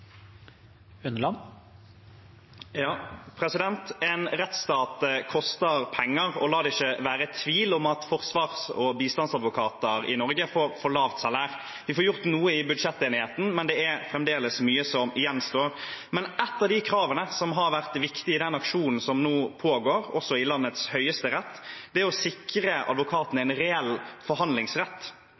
En rettsstat koster penger, og la det ikke være tvil om at forsvars- og bistandsadvokater i Norge får for lavt salær. Vi får gjort noe i budsjettenigheten, men det er fremdeles mye som gjenstår. Ett av kravene som har vært viktige i den aksjonen som nå pågår, også i landets høyesterett, er å sikre advokatene en reell forhandlingsrett.